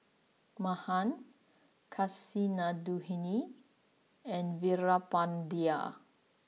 Mahan Kasinadhuni and Veerapandiya